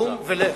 קום ולך.